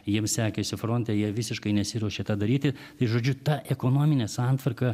jiems sekėsi fronte jie visiškai nesiruošė tą daryti tai žodžiu ta ekonominė santvarka